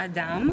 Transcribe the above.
ועדת חוקה,